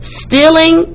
stealing